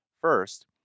First